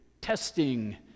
testing